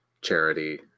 charity